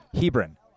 Hebron